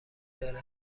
داره